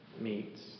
meets